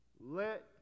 let